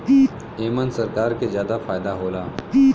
एमन सरकार के जादा फायदा होला